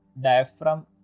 diaphragm